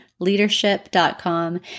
leadership.com